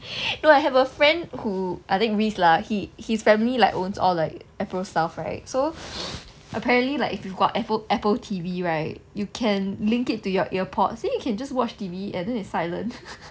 no I have a friend who I think risk lah he his family like owns all like apple stuff right so apparently like if you got apple apple T_V right you can link it to your earpods then you can just watch T_V and then it's silent